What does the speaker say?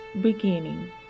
beginning